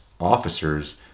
officers